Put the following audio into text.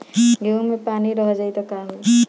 गेंहू मे पानी रह जाई त का होई?